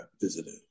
visited